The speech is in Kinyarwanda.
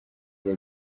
bya